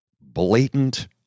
blatant